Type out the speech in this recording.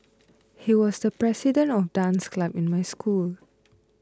he was the president of dance club in my school